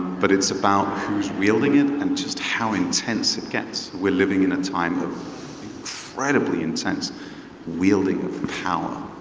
but it's about who's wielding it and just how intense it gets. we're living in a time of incredibly intense wielding of power,